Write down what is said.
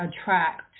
attract